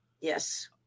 Yes